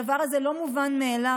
הדבר הזה לא מובן מאליו,